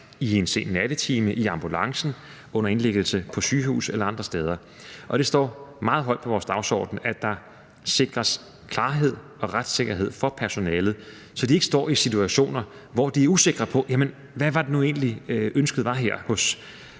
i en sen nattetime, i ambulancen, under indlæggelsen på sygehuset eller andre steder. Det står meget højt på vores dagsorden, at der sikres klarhed og retssikkerhed for personalet, så de ikke kommer i situationer, hvor de er usikre: Hvad var det nu egentlig, der var ønsket hos